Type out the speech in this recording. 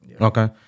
okay